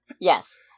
Yes